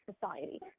society